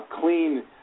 clean